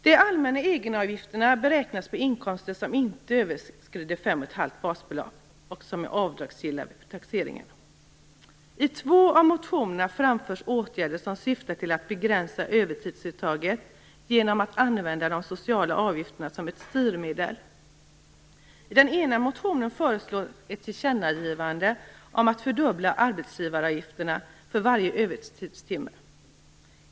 De allmänna egenavgifterna beräknas på inkomster som inte överskrider I två av motionerna framförs åtgärder som syftar till att begränsa övertidsuttaget genom att använda de sociala avgifterna som ett styrmedel. I den ena motionen föreslås ett tillkännagivande om att fördubbla arbetsgivaravgifterna för varje övertidstimme.